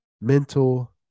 mental